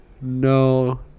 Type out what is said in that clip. no